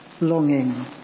longing